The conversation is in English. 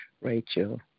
Rachel